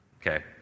Okay